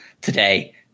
today